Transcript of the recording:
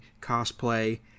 cosplay